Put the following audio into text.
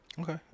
okay